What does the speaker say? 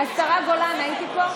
השרה גולן, הייתי פה?